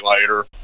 later